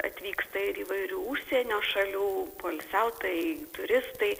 atvyksta ir įvairių užsienio šalių poilsiautojai turistai